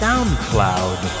SoundCloud